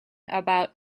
about